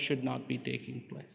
should not be taking place